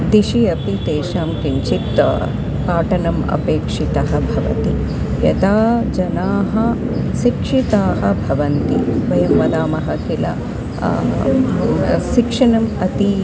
दिशि अपि तेषां किञ्चित् पाठनम् अपेक्षितं भवति यदा जनाः शिक्षिताः भवन्ति वयं वदामः किल शिक्षणम् अतीव